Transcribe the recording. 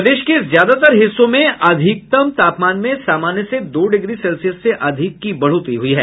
प्रदेश के ज्यादातर हिस्सों में अधिकतम तापमान में सामान्य से दो डिग्री सेल्सियस से अधिक की बढ़ोतरी हुई है